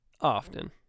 Often